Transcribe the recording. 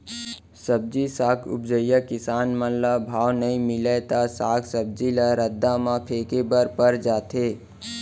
सब्जी साग उपजइया किसान मन ल भाव नइ मिलय त साग सब्जी ल रद्दा म फेंके बर पर जाथे